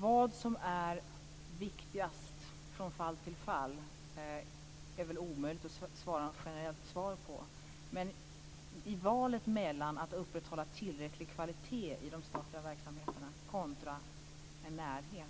Vad som är viktigast från fall till fall är väl omöjligt att ge något generellt svar på. Men i valet mellan att upprätthålla tillräcklig kvalitet i de statliga verksamheterna kontra en närhet